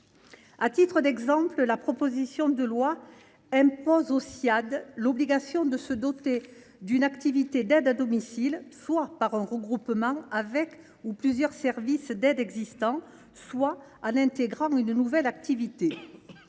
La présente proposition de loi impose aux Ssiad de se doter d’une activité d’aide à domicile, soit par un regroupement avec un ou plusieurs services d’aide existants, soit en intégrant une nouvelle activité.